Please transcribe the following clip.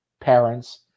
parents